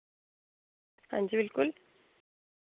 हां जी बिलकुल